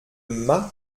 mât